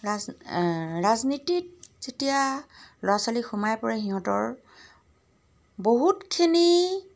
ৰাজ ৰাজনীতিত যেতিয়া ল'ৰা ছোৱালী সোমাই পৰে সিহঁতৰ বহুতখিনি